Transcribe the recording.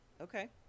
Okay